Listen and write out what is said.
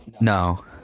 No